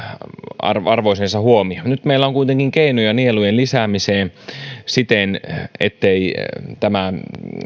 arvoisensa huomion nyt meillä on kuitenkin keinoja nielujen lisäämiseen siten ettei tämä